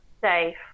safe